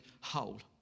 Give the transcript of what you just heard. whole